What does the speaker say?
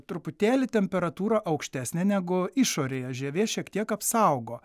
truputėlį temperatūra aukštesnė negu išorėje žievė šiek tiek apsaugo